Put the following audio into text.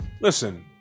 Listen